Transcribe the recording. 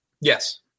Yes